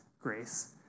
grace